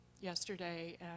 yesterday